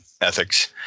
ethics